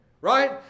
right